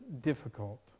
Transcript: difficult